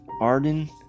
arden